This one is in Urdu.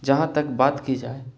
جہاں تک بات کی جائے